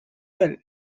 well